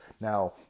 Now